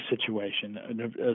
situation